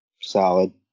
Solid